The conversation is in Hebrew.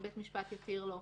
אם בית משפט יתיר לו.